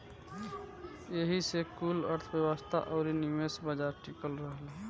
एही से कुल अर्थ्व्यवस्था अउरी निवेश बाजार टिकल रहेला